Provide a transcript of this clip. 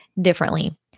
differently